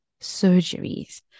surgeries